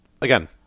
again